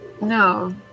No